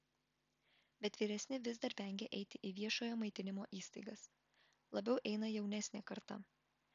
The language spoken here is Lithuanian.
bet vyresni vis dar vengia eiti į viešojo maitinimo įstaigas labiau eina jaunesnė karta